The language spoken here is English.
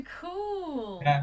cool